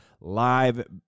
live